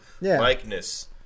likeness